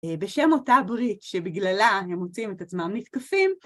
בשם אותה ברית שבגללה הם מוצאים את עצמם נתקפים.